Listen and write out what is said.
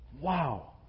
wow